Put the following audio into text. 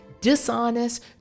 dishonest